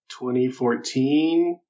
2014